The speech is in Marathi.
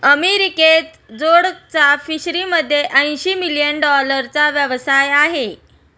अमेरिकेत जोडकचा फिशरीमध्ये ऐंशी मिलियन डॉलरचा व्यवसाय आहे